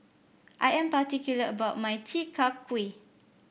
I am particular about my Chi Kak Kuih